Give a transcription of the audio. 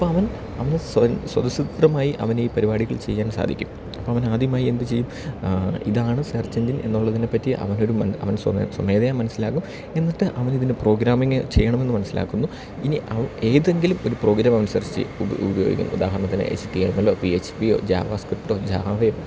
അപ്പം അവൻ അവൻ സ്വതസൂദ്ധമായി അവനീ പരിപാടികൾ ചെയ്യാൻ സാധിക്കും അപ്പം അവൻ ആദ്യമായി എന്ത് ചെയ്യും ഇതാണ് സെർച്ച് എഞ്ചിൻ എന്നുള്ളതിനെപ്പറ്റി അവൻ ഒരു മുൻ അവൻ സ്വമേതായ മനസ്സിലാക്കും എന്നിട്ട് അവൻ ഇതിന് പ്രോഗ്രാമിങ് ചെയ്യണമെന്ന് മനസ്സിലാക്കുന്നു ഇനി അവൻ ഏതെങ്കിലും ഒരു പ്രോഗ്രമവൻ സെർച്ച് ചെയ്യും ഉപയോഗിക്കുന്നു ഉദാഹരണത്തിന് എച്ച് റ്റി എം എല്ലോ പി എച്ച് പിയോ ജാവാ സ്ക്രിപ്പ്ട്ടോ ജാവയോ